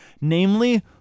Namely